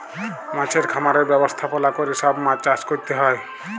মাছের খামারের ব্যবস্থাপলা ক্যরে সব মাছ চাষ ক্যরতে হ্যয়